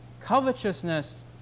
Covetousness